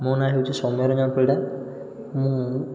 ମୋ ନାଁ ହେଉଛି ସୋମ୍ୟରଞ୍ଜନ ପରିଡ଼ା ମୁଁ